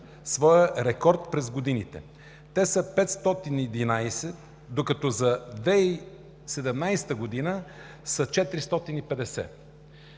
своя рекорд през годините. Те са 511, докато за 2017 г. са 450.